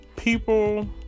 people